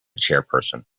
chairperson